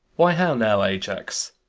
why, how now, ajax!